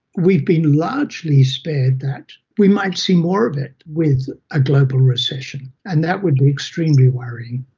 we've been largely spared that. we might see more of it with a global recession, and that would be extremely worrying.